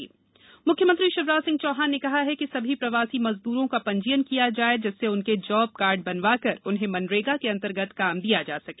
प्रवासी श्रमिक मजदुरी म्ख्यमंत्री शिवराज सिंह चौहान ने कहा है कि सभी प्रवासी मजदूरों का पंजीयन किया जाए जिससे उनके जॉब कार्ड बनवाए जाकर उन्हें मनरेगा के अंतर्गत काम दिया जा सके